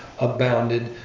abounded